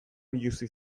biluzi